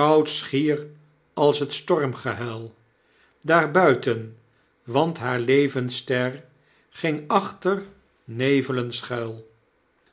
koud schier als t stormgehuil daar buiten want haar levensster ging achter neevlen schuil